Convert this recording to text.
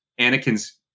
Anakin's